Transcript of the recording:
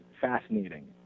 fascinating